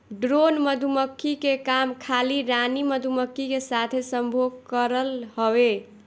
drone मधुमक्खी के काम खाली रानी मधुमक्खी के साथे संभोग करल हवे